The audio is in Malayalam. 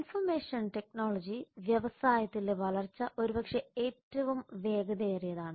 ഇൻഫർമേഷൻ ടെക്നോളജി വ്യവസായത്തിലെ വളർച്ച ഒരുപക്ഷേ ഏറ്റവും വേഗതയേറിയതാണ്